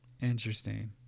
interesting